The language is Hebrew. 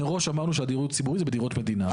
מראש אמרנו שדיור ציבורי זה בדירות בבעלות המדינה.